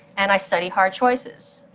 and i study hard choices,